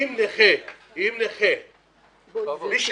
אם מי שהוא